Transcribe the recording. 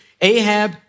Ahab